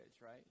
right